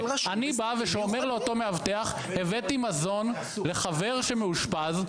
אני בא ואומר לאותו מאבטח: הבאתי מזון לחבר שמאושפז,